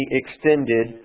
extended